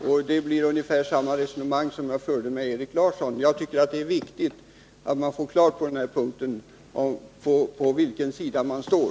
Här blir det ungefär samma resonemang som det jag förde, när jag diskuterade med Erik Larsson. Enligt min mening är det viktigt att det blir klart på vilken sida vederbörande står.